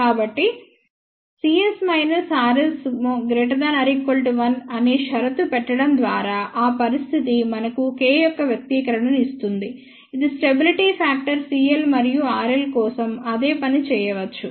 కాబట్టి|cs rs| 1 అనే షరతు పెట్టడం ద్వారా ఆ పరిస్థితి మనకు K యొక్క వ్యక్తీకరణను ఇస్తుంది ఇది స్టెబిలిటీ ఫాక్టర్ cl మరియు rl కోసం అదే పని చేయవచ్చు